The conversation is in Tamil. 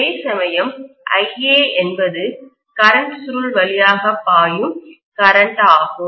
அதேசமயம் IA என்பது கரண்ட் சுருள் வழியாக பாயும் கரண்ட் ஆகும்